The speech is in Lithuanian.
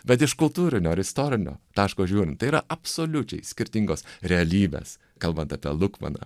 bet iš kultūrinio ar istorinio taško žiūrint tai yra absoliučiai skirtingos realybės kalbant apie lukmaną